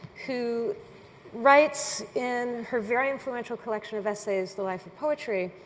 who writes in her very influential collection of essays, the life of poetry,